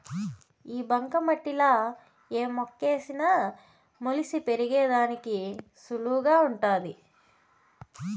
ఈ బంక మట్టిలా ఏ మొక్కేసిన మొలిసి పెరిగేదానికి సులువుగా వుంటాది